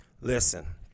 Listen